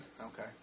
Okay